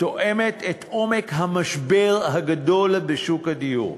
תואמת את עומק המשבר הגדול בשוק הדיור.